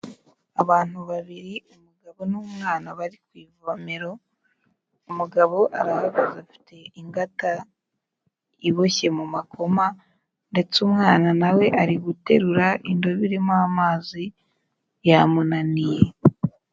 Abantu babiri, umugabo n'umwana bari ku ivomero, umugabo arahagaze afite ingata iboshye mu makoma, ndetse umwana na we ari guterura indobo irimo amazi, yamunaniye.